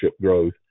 growth